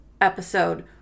episode